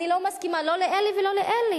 אני לא מסכימה לא עם אלה ולא עם אלה.